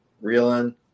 reeling